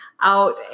out